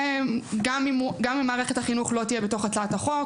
גם אם מערכת החינוך לא תהיה בתוך הצעת החוק,